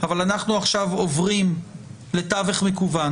אבל אנחנו עכשיו עוברים לתווך מקוון